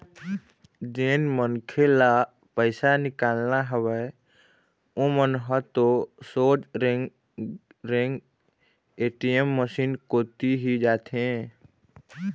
जेन मनखे ल पइसा निकालना हवय ओमन ह तो सोझ रेंगे रेंग ए.टी.एम मसीन कोती ही जाथे